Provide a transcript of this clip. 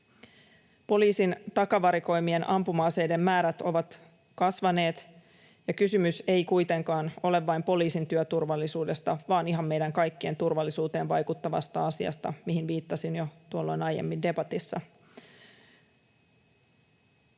Poliisin takavarikoimien ampuma-aseiden määrät ovat kasvaneet, ja kysymys ei kuitenkaan ole vain poliisin työturvallisuudesta vaan ihan meidän kaikkien turvallisuuteen vaikuttavasta asiasta, mihin viittasin jo aiemmin debatissa.